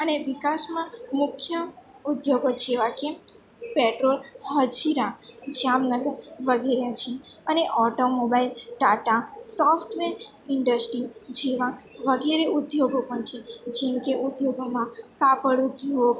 અને વિકાસમાં મુખ્ય ઉદ્યોગો જેવા કે પેટ્રોલ હજીરા જામનગર વગેરે જેવા અને ઑટોમોબાઇલ ટાટા સોફ્ટવેર ઇન્ડસ્ટી જેવા વગેરે ઉદ્યોગો પણ છે જેમકે ઉદ્યોગોમાં કાપડ ઉદ્યોગ